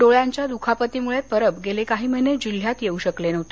डोळ्यांच्या दुखापतीमुळे परब गेले काही महिने जिल्ह्यात येऊ शकले नव्हते